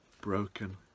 broken